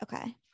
Okay